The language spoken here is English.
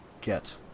get